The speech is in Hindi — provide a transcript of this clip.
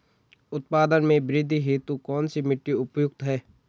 उत्पादन में वृद्धि हेतु कौन सी मिट्टी उपयुक्त है?